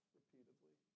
repeatedly